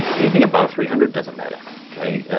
ah anything above three hundred doesn't matter, okay?